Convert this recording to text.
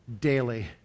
daily